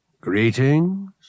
Greetings